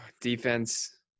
defense